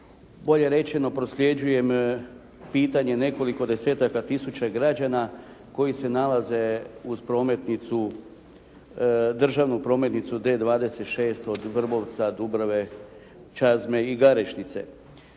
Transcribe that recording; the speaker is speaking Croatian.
Bolje rečeno prosljeđujem pitanje nekoliko desetaka tisuća građana koji se nalaze uz prometnicu, državnu prometnicu D26 od Vrbovca, Dubrave, Čazme i Garešnice.